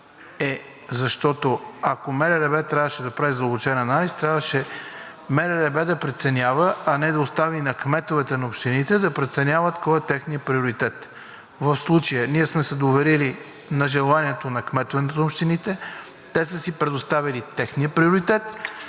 е, защото, ако МРРБ трябваше да прави задълбочен анализ, трябваше МРРБ да преценява, а не да остави на кметовете на общите да преценят кой е техният приоритет. В случая ние сме се доверили на желанието на кметовете на общините, те са си предоставили техния приоритет,